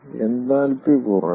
enthalpy കുറഞ്ഞു